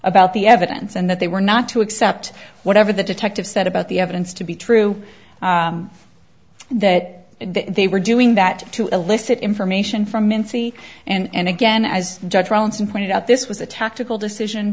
about the evidence and that they were not to accept whatever the detective said about the evidence to be true that they were doing that to elicit information from mincey and again as judge johnson pointed out this was a tactical decision